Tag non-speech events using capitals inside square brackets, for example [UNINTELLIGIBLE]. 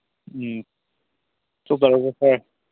ꯎꯝ [UNINTELLIGIBLE]